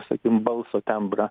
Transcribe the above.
sakykim balso tembrą